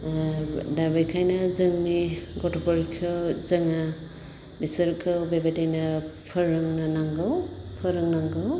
ओ दा बेखायनो जोंनि गथ'फोरखौ जोङो बिसोरखौ बेबायदिनो फोरोंनो नांगौ फोरों नांगौ